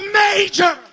major